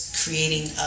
creating